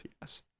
yes